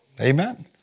Amen